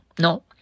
No